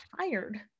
tired